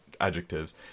adjectives